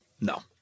no